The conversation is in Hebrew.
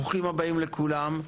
ברוכים הבאים לכולם.